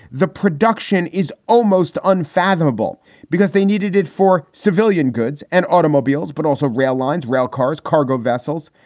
the production is almost unfathomable because they needed it for civilian goods and automobiles, but also rail lines, rail cars, cargo vessels.